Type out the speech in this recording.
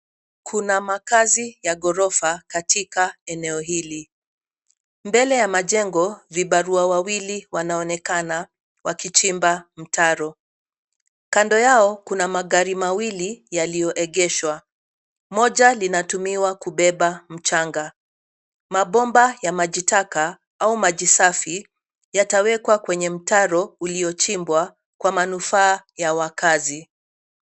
Kuna maakazi ya ghorofa katika eneo hili, mbele ya majengo vibarau wawili wanaonekana wakichimpa mtaro kando ya kuna magari mawili yalioegeshwa moja inatumiwa kupepa mchanga mabomba ya maji taka au maji safi yatawekwa kwenye mtaro iliochimpwa kwa manufaa ya wakaazi